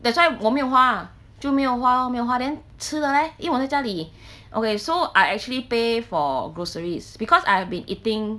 that's why 我没有花啊就没有花哦没有花 then 吃的 leh 因为我的家里 okay so I actually pay for groceries because I've been eating